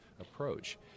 approach